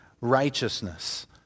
righteousness